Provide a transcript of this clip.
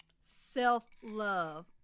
self-love